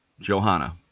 Johanna